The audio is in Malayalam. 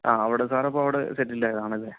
ആ അവിടെ സാറപ്പോൾ അവിടെ സെറ്റിൽഡ് ആയതാണല്ലേ